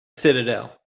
citadel